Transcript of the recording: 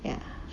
ya